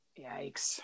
Yikes